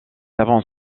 avant